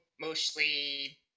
Mostly